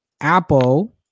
Apple